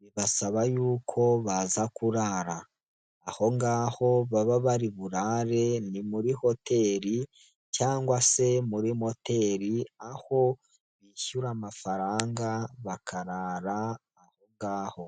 bibasaba yuko baza kurara, aho ngaho baba bari burare ni muri hoteli cyangwa se muri moteri, aho bishyura amafaranga bakarara aho ngaho.